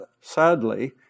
sadly